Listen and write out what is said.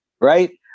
Right